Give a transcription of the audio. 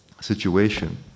situation